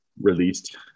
released